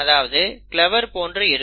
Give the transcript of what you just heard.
அதாவது இது கிளாவர் போன்று இருக்கும்